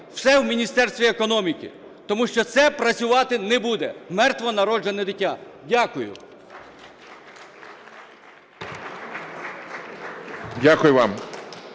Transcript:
все в Міністерстві економіки, тому що це працювати не буде – "мертвонароджене дитя". Дякую.